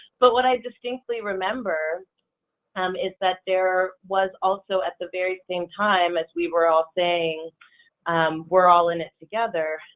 but i distinctly remember um is that there was also at the very same time as we were all saying we're all in it together